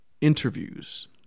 interviews